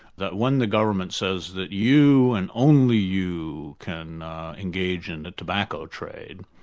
that when the government says that you and only you can engage in the tobacco trade,